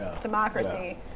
democracy